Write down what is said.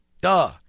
Duh